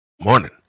morning